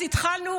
אז התחלנו,